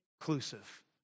inclusive